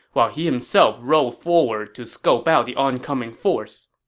while he himself rode forward to scope out the oncoming force.